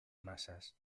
masas